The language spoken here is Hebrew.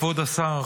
כבוד השר,